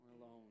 alone